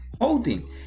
holding